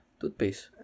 Toothpaste